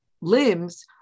limbs